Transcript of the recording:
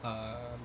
err